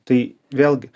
tai vėlgi